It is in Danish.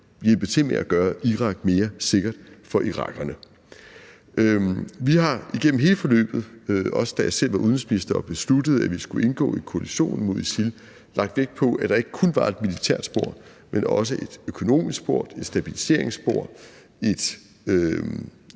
hjælpe til med at gøre Irak mere sikkert for irakerne. Vi har igennem hele forløbet, også da jeg selv var udenrigsminister og besluttede, at vi skulle indgå i koalitionen mod ISIL, lagt vægt på, at der ikke kun var et militært spor, men også et økonomisk spor, et stabiliseringsspor, et